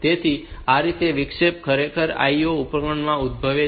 તેથી આ રીતે આ વિક્ષેપો ખરેખર IO ઉપકરણમાંથી ઉદ્ભવે છે